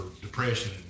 depression